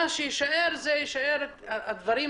מה שיישאר יהיו הדברים